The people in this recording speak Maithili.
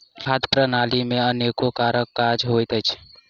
खाद्य प्रणाली मे अनेको प्रकारक काज होइत छै